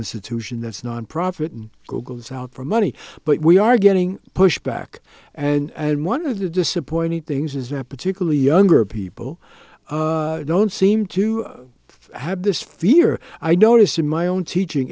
institution that's nonprofit and google's out for money but we are getting pushback and one of the disappointing things is that particularly younger people don't seem to have this fear i notice in my own teaching